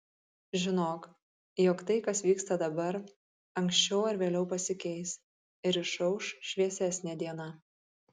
žinok jog tai kas vyksta dabar anksčiau ar vėliau pasikeis ir išauš šviesesnė diena